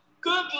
good